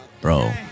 Bro